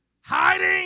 Hiding